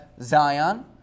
Zion